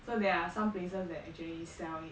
so there are some places that actually sell it